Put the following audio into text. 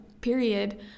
period